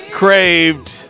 craved